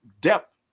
depth